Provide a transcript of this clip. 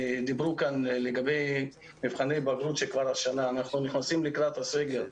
דיברו כאן לגבי מבחני בגרות שכבר השנה אנחנו נכנסים לקראת הסגר.